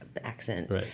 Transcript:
accent